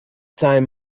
time